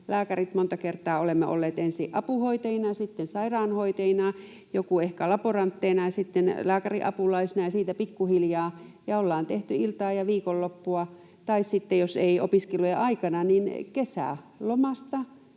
lääkärit monta kertaa olemme olleet ensin apuhoitajina ja sitten sairaanhoitajina, joku ehkä laboranttina ja sitten lääkäriapulaisena, ja siitä pikkuhiljaa, ja ollaan tehty iltaa ja viikonloppua. Tai sitten jos ei opiskelujen aikana, niin ainakin